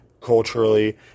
culturally